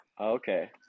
Okay